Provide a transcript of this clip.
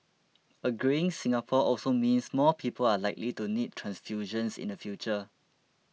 a greying Singapore also means more people are likely to need transfusions in the future